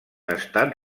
estat